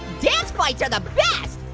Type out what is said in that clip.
dance fights are the best.